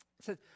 says